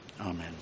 Amen